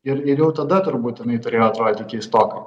ir ir jau tada turbūt jinai turėjo atrodyti keistokai